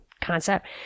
concept